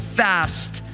fast